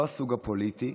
לא הסוג הפוליטי,